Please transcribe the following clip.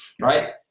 right